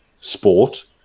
sport